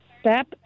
step